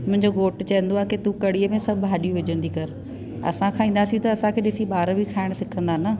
मुंहिंजो घोठु चवंदो आहे की तू कड़ीअ में सभु भाॼियूं विझंदी कर असां खाईंदासीं त असांखे डिसी ॿार बि खाइण सिखंदा न